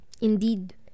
Indeed